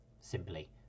Simply